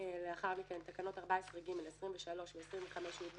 ולאחר מכן תקנות 14(ג), 23 ו-25(יב)